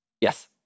Yes